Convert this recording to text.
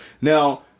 Now